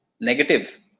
negative